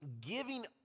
giving